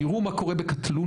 תראו מה קורה בקטלוניה,